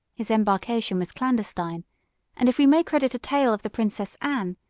his embarkation was clandestine and, if we may credit a tale of the princess anne,